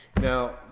Now